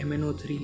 MnO3